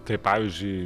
tai pavyzdžiui